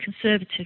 conservative